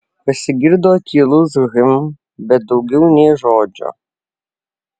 pasigirdo tylus hm bet daugiau nė žodžio